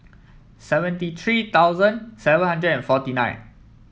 seventy three thousand seven hundred and forty nine